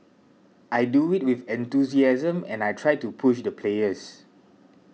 I do it with enthusiasm and I try to push the players